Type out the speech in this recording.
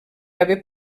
haver